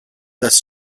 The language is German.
das